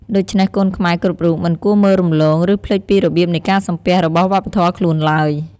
ដូច្នេះកូនខ្មែរគ្រប់រូបមិនគួរមើលរំលង ឬ ភ្លេចពីរបៀបនៃការសំពះរបស់វប្បធម៌ខ្លួនឡើយ។